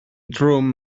drwm